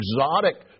exotic